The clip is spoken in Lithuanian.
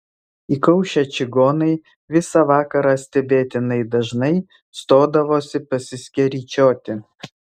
įkaušę čigonai visą vakarą stebėtinai dažnai stodavosi pasiskeryčioti